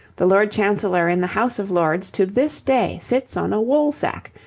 the lord chancellor in the house of lords to this day sits on a woolsack,